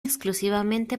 exclusivamente